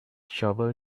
shovel